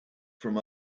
from